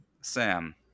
sam